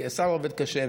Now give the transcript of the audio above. כי השר עובד קשה,